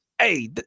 Hey